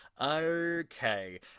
Okay